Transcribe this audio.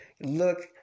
Look